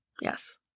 yes